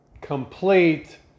complete